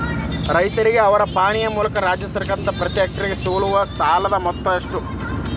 ರೈತರಿಗೆ ಅವರ ಪಾಣಿಯ ಮೂಲಕ ರಾಜ್ಯ ಸರ್ಕಾರದಿಂದ ಪ್ರತಿ ಹೆಕ್ಟರ್ ಗೆ ಸಿಗುವ ಸಾಲದ ಮೊತ್ತ ಎಷ್ಟು ರೇ?